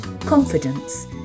confidence